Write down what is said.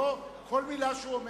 לא כל מלה שהוא אומר,